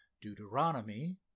Deuteronomy